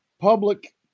public